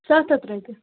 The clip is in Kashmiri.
سَتھ ہَتھ رۄپیہِ